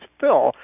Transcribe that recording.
Phil